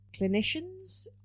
clinicians